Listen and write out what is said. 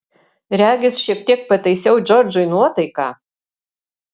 regis šiek tiek pataisiau džordžui nuotaiką